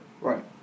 Right